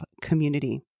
community